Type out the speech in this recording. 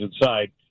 inside